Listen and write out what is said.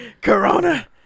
Corona